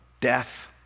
death